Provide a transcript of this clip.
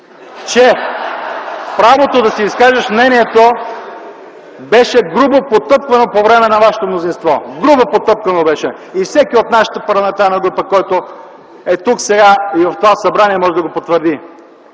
Правото да си изкажеш мнението беше грубо потъпквано по време на вашето мнозинство. Беше грубо потъпквано! И всеки от нашата парламентарна група, който е тук сега, в това Народно събрание, може да го потвърди.